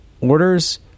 orders